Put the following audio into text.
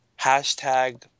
hashtag